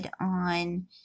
on